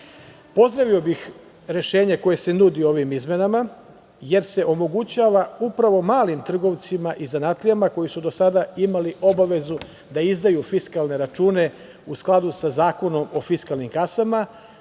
malo. Pozdravio bih rešenje koje se nudi ovim izmenama, jer se omogućava upravo malim trgovcima i zanatlijama, koji su do sada imali obavezu da izdaju fiskalne račune, u skladu sa Zakonom o fiskalnim kasama,